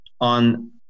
on